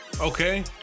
Okay